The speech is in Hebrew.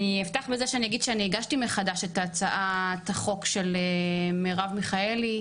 אני אפתח בזה שאני אגיד שאני הגשתי מחדש את הצעת החוק של מרב מיכאלי,